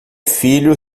filho